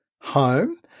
home